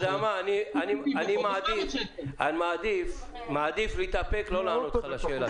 אני מעדיף להתאפק ולא לענות לך על השאלה.